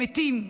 הם מתים,